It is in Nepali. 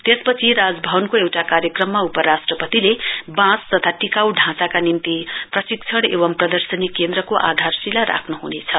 त्यसपछि राज भवनको एउटा कार्यक्रममा उपराष्ट्रियपतिले बाँस तथा टिकाउ ढ़ाँचाका निम्ति प्रशिक्षण एंव प्रदर्शनी केन्द्रको आधारशिला राख्न्हनेछ